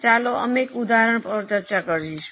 ચાલો અમે એક ઉદાહરણ પર ચર્ચા કરીશું